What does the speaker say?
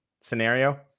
scenario